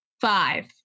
Five